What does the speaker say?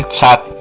chat